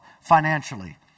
financially